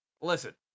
Listen